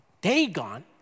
Dagon